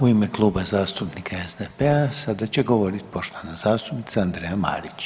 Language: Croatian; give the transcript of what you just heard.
U ime Kluba zastupnika SDP-a sada će govorit poštovana zastupnica Andreja Marić.